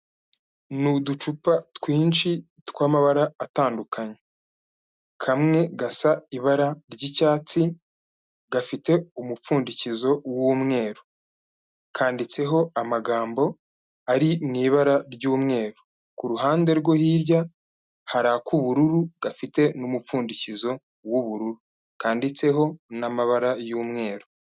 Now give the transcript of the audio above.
Ni ducupa twinshi tw'amabara atandukanye, kamwe gasa ibara ry'icyatsi, gafite umupfundikizo w'umweru, kanditseho amagambo ari mu ibara ry'umweru, ku ruhande rwo hirya hari ak'ubururu gafite n'umupfundikizo w'ubururu, kanditseho n'amabara y'umweru.